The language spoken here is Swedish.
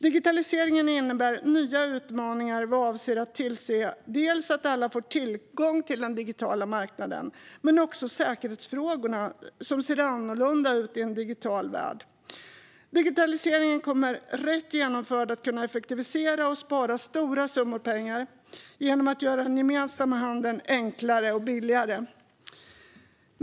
Digitaliseringen innebär nya utmaningar vad avser att tillse att alla får tillgång till den digitala marknaden men också när det gäller säkerhetsfrågorna, som ser annorlunda ut i en digital värld. Digitaliseringen kommer, rätt genomförd, att kunna effektivisera och spara stora summor genom att göra den gemensamma handeln enklare och billigare.